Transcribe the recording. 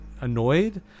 annoyed